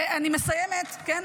ואני מסיימת, כן?